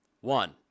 One